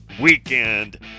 weekend